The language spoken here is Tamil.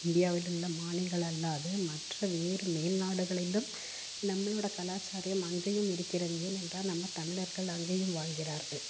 இந்தியாவிலுள்ள மாநிலங்கள் அல்லாத மற்ற வேறு மேல்நாடுகளிலும் நம்மளோட கலாச்சாரம் அங்கேயும் இருக்கிறது ஏனென்றால் நம்ம தமிழர்கள் அங்கேயும் வாழ்கிறார்கள்